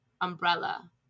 umbrella